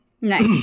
Nice